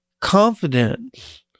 confidence